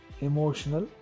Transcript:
EMOTIONAL